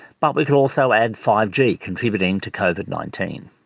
but we could also add five g contributing to covid nineteen.